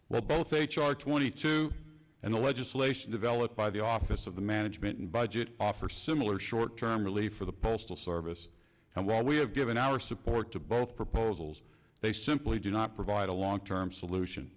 well both h r twenty two and the legislation developed by the office of the management and budget offer similar short term relief for the postal service and while we have given our support to both proposals they simply do not provide a long term solution